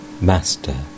Master